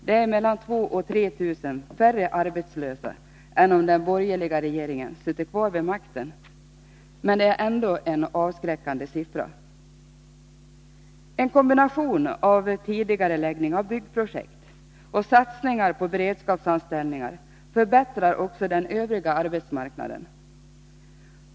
Det är mellan 2000 och 3 000 färre arbetslösa än om den borgerliga regeringen suttit kvar vid makten, men det är ändå en avskräckande siffra. En kombination av tidigareläggning av byggprojekt och satsningar på beredskapsanställningar förbättrar också läget på den övriga arbetsmarknaden.